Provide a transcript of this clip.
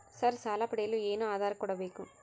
Sir ಸಾಲ ಪಡೆಯಲು ಏನು ಆಧಾರ ಕೋಡಬೇಕು?